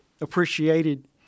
appreciated